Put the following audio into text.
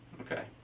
Okay